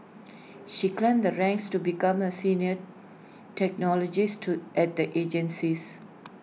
she climbed the ranks to become A senior technologists to at the agency's